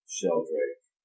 Sheldrake